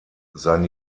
sein